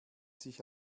sich